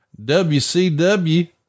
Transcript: WCW